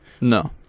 No